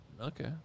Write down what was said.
Okay